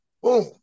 boom